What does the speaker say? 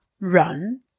run